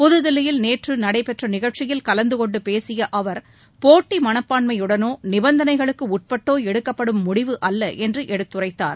புதுதில்லியில் நேற்று நடைபெற்ற நிகழ்ச்சியில் கலந்து கொண்டு பேசிய அவர் போட்டி மனப்பான்மையுடனோ நிபந்தனைகளுக்குட்பட்டோ எடுக்கப்படும் முடிவு அல்ல என்று எடுத்துரைத்தார்